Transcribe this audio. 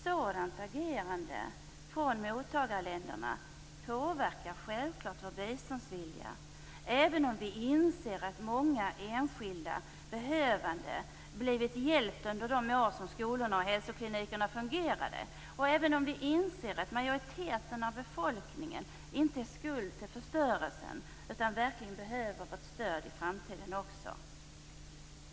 Sådant agerande från mottagarländerna påverkar självklart vår biståndsvilja, även om vi inser att många enskilda behövande blivit hjälpta under de år som skolorna och hälsoklinikerna fungerade och även om vi inser att majoriteten av befolkningen inte är skuld till förstörelsen utan verkligen behöver vårt stöd i framtiden också.